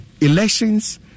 elections